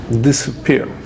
disappear